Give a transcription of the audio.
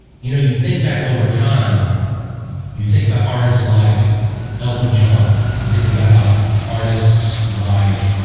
you know you think back over time you think about artists like elton john you think about artists like